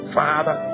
father